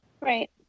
Right